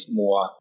more